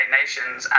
nations